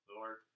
Lord